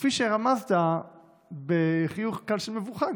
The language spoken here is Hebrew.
כפי שרמזת בחיוך קל של מבוכה,